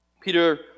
Peter